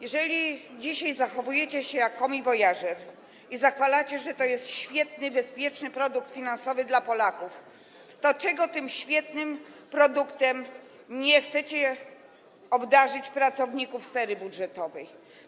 Jeżeli dzisiaj zachowujecie się jak komiwojażer i zachwalacie, że to jest świetny, bezpieczny produkt finansowy dla Polaków, to dlaczego tym świetnym produktem nie chcecie obdarzyć pracowników sfery budżetowej?